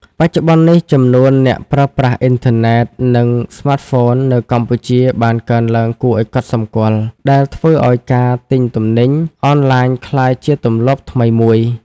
បច្ចុប្បន្ននេះ ចំនួនអ្នកប្រើប្រាស់អ៊ីនធឺណិត និងស្មាតហ្វូននៅកម្ពុជាបានកើនឡើងគួរឱ្យកត់សម្គាល់ ដែលធ្វើឱ្យការទិញទំនិញអនឡាញក្លាយជាទម្លាប់ថ្មីមួយ។